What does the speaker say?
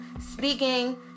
speaking